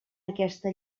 aquesta